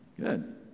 Good